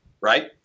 right